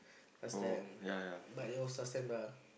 last time but that was last time lah